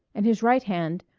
and his right hand,